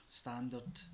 standard